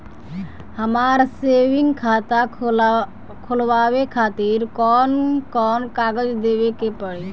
हमार सेविंग खाता खोलवावे खातिर कौन कौन कागज देवे के पड़ी?